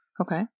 Okay